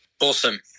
Awesome